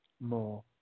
More